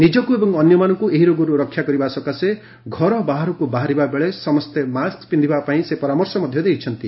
ନିଜକୁ ଏବଂ ଅନ୍ୟମାନଙ୍କୁ ଏହି ରୋଗରୁ ରକ୍ଷା କରିବା ସକାଶେ ଘର ବାହାରକୁ ବାହାରିବା ବେଳେ ସମସ୍ତେ ମାସ୍କ ପିନ୍ଧିବାପାଇଁ ସେ ପରାମର୍ଶ ଦେଇଛନ୍ତି